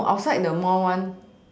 no outside the mall one